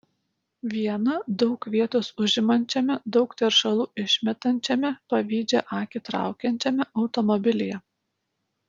viena daug vietos užimančiame daug teršalų išmetančiame pavydžią akį traukiančiame automobilyje